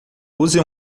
use